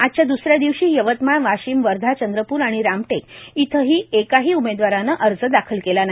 आजच्या दुसऱ्या दिवशी यवतमाळ वाशीम वर्धा चंद्रपुर आणि रामटेक इथेही एकाही उमेदवाराने अर्ज दाखल केला नाही